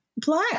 Black